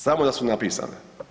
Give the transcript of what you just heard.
Samo da su napisane.